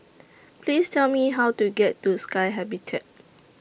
Please Tell Me How to get to Sky Habitat